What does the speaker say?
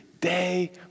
day